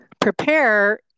prepare